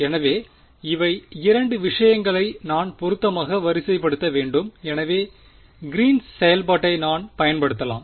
எனவே இவை 2 விஷயங்களை நான் பொருத்தமாக வரிசைப்படுத்த வேண்டும் எனவே கிரீன்ஸ் green's செயல்பாட்டை நான் பயன்படுத்தலாம்